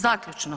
Zaključno.